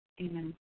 Amen